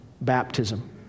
baptism